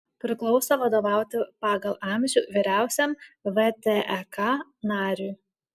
priklauso vadovauti pagal amžių vyriausiam vtek nariui